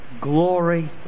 Glory